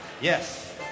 Yes